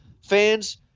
fans